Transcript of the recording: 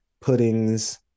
puddings